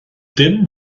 dim